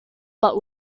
but